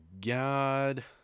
God